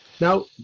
Now